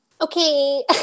okay